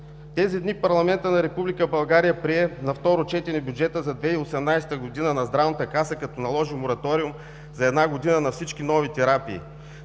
Тези дни парламентът на Република България прие на второ четене бюджета за 2018 г. на Здравната каса като наложи мораториум за една година на всички нови терапии.